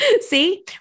see